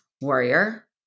Warrior